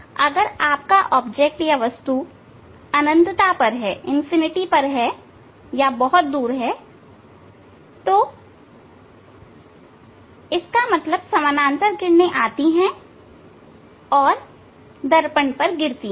अगर आप की वस्तु अनंत में है या बहुत दूर है तो ठीक इसका मतलब समानांतर किरणें आती है और दर्पण पर गिरती हैं